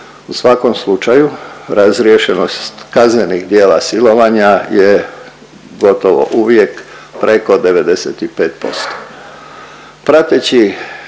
U svakom slučaju, razriješenost kaznenih djela silovanja je gotovo uvijek preko 95%.